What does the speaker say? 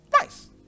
Nice